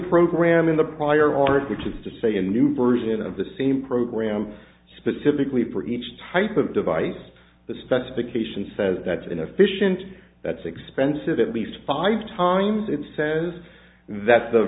program in the prior art which is to say a new version of the same program specifically for each type of device the specification says that's inefficient that's expensive at least five times it says that the